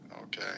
Okay